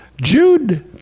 Jude